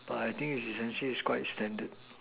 but I think it's essentially it's quite standard